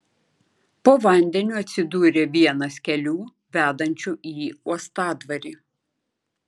po vandeniu atsidūrė vienas kelių vedančių į uostadvarį